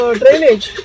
drainage